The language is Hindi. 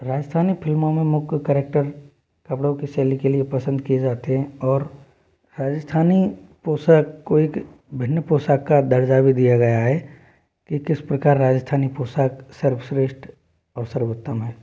राजस्थानी फ़िल्मों में मुख्य कैरेक्टर कपड़ों की शैली के लिए पसंद किए जाते हैं और राजस्थानी पोशाक को एक भिन्न पोशाक का दर्जा भी दिया गया है कि किस प्रकार राजस्थानी पोशाक सर्वश्रेस्ट और सर्वोत्तम है